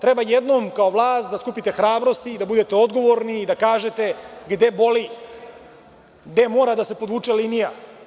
Treba jednom kao vlast da skupite hrabrosti i da budete odgovorni i da kažete gde boli, gde mora da se podvuče linija.